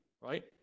Right